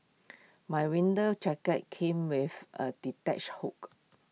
my winter jacket came with A